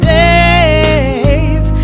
days